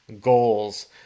goals